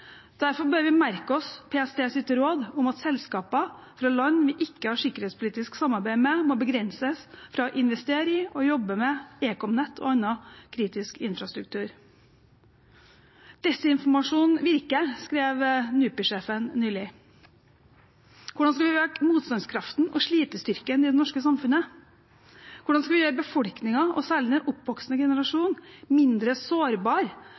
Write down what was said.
Derfor bør vi merke oss PSTs råd om at selskaper fra land vi ikke har sikkerhetspolitisk samarbeid med, må begrenses fra å investere i og jobbe med ekomnett og annen kritisk infrastruktur. Desinformasjon virker, skrev NUPI-sjefen nylig. Hvordan skal vi øke motstandskraften og slitestyrken i det norske samfunnet? Hvordan skal vi gjøre befolkningen, og særlig den oppvoksende generasjon, mindre sårbar